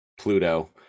Pluto